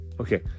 Okay